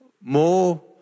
more